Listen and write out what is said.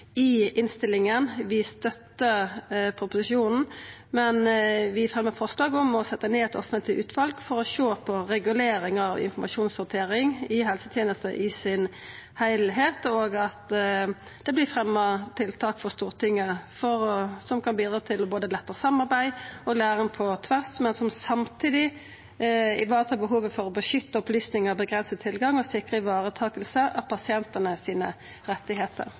ned eit offentleg utval for å sjå på regulering av informasjonshandtering i helsetenesta i sin heilskap, og at det vert fremja tiltak for Stortinget som kan bidra til å letta samarbeid og læring på tvers, men som samtidig varetar behovet for å beskytta opplysningar, avgrensa tilgang og sikra varetaking av pasientane sine